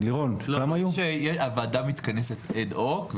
הוועדה מתכנסת אד-הוק,